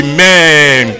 Amen